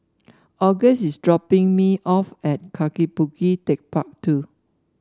August is dropping me off at Kaki Bukit TechparK Two